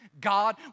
God